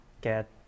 get